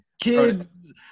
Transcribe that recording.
kids